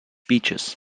beaches